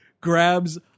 grabs